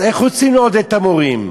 אז איך רוצים לעודד את המורים?